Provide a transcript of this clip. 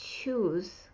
choose